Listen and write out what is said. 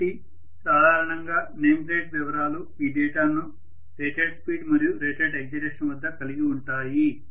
కాబట్టి సాధారణంగా name plate వివరాలు ఈ డేటాను రేటెడ్ స్పీడ్ మరియు రేటెడ్ ఎక్సైటేషన్ వద్ద కలిగి ఉంటాయి